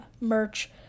merch